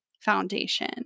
foundation